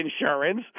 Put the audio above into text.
insurance